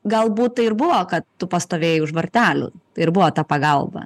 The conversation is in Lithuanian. galbūt tai ir buvo kad tu pastovėjai už vartelių ir buvo ta pagalba